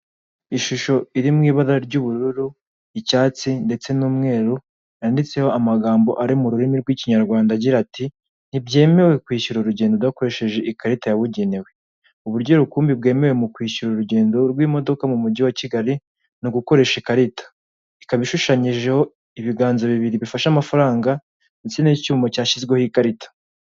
Ishusho iri mu ibara ry'ubururu icyatsi ndetse n'umweru yanditseho amagambo ari mu rurimi rw'ikinyarwanda agira ati ntibyemewe kwishyura urugendo dukoresheje ikarita yabugenewe uburyo rukumbi bwemewe mu kwishyura urugendo rw'imodoka mu mujyi wa kigali ni ugu gukoresha ikarita ikaba ishushanyijeho ibiganza bibiri bifashe amafaranga ndetse n'icyuma cyashyizweho ikarita.